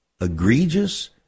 egregious